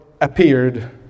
appeared